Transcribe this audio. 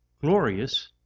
glorious